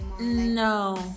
No